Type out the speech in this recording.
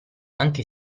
anche